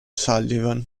sullivan